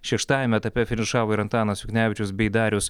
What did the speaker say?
šeštajame etape finišavo ir antanas juknevičius bei darius